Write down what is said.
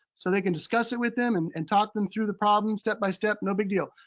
so they can discuss it with them and and talk them through the problem step by step, no big deal.